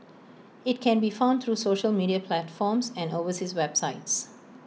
IT can be found through social media platforms and overseas websites